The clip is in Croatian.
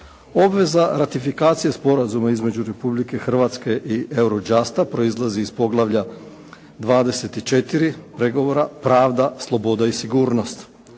Obveza ratifikacije Sporazuma između Republike Hrvatske i Eurojusta proizlazi iz Poglavlja 24. „Pregovora, pravda, sloboda i sigurnost“.